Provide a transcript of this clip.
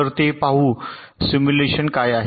तर ते पाहू सिमुलेशन काय आहे